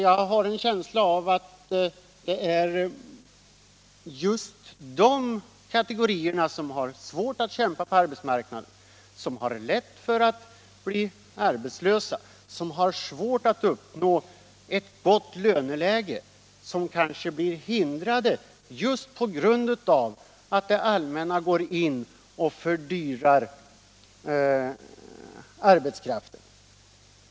Jag har en känsla av att det är just de kategorier som har svårt att göra sig gällande på arbetsmarknaden, som lätt blir arbetslösa och som har svårt att uppnå ett gott löneläge, som drabbas av att det allmänna går in och fördyrar arbetskraften.